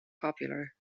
popular